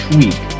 week